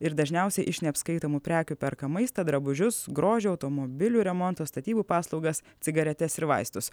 ir dažniausiai iš neapskaitomų prekių perka maistą drabužius grožio automobilių remonto statybų paslaugas cigaretes ir vaistus